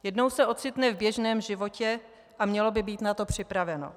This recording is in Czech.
Jednou se ocitne v běžném životě a mělo by být na to připraveno.